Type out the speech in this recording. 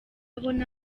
abona